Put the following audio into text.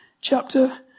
chapter